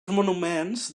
monuments